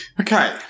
Okay